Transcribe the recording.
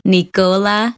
Nicola